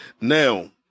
Now